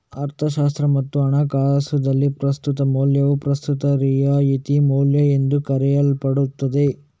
ಅರ್ಥಶಾಸ್ತ್ರ ಮತ್ತು ಹಣಕಾಸುದಲ್ಲಿ, ಪ್ರಸ್ತುತ ಮೌಲ್ಯವು ಪ್ರಸ್ತುತ ರಿಯಾಯಿತಿ ಮೌಲ್ಯಎಂದೂ ಕರೆಯಲ್ಪಡುತ್ತದೆ